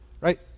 right